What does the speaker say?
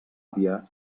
àvia